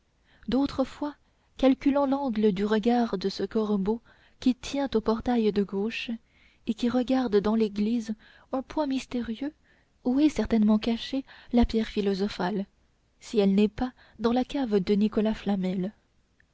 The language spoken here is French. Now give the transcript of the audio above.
fois calculant l'angle du regard de ce corbeau qui tient au portail de gauche et qui regarde dans l'église un point mystérieux où est certainement cachée la pierre philosophale si elle n'est pas dans la cave de nicolas flamel